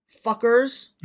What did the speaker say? Fuckers